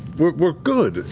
we're good.